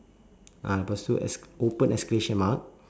ah lepas itu ex~ open exclamation mark